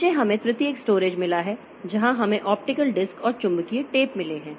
नीचे हमें तृतीयक स्टोरेज मिला है जहां हमें ऑप्टिकल डिस्क और चुंबकीय टेप मिले हैं